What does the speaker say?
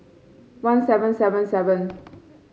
one seven seven seven